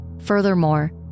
Furthermore